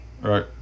Right